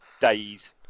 days